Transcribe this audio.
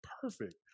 perfect